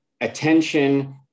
attention